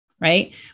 right